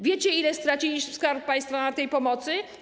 Wiecie, ile stracił Skarb Państwa na tej pomocy?